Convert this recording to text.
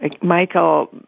Michael